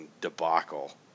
debacle